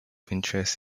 interest